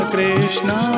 Krishna